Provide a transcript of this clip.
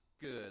good